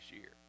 year